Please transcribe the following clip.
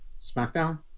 smackdown